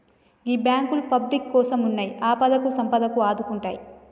గీ బాంకులు పబ్లిక్ కోసమున్నయ్, ఆపదకు సంపదకు ఆదుకుంటయ్